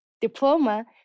diploma